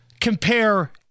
compare